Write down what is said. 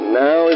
now